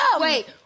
Wait